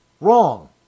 Wrong